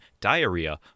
diarrhea